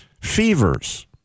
fevers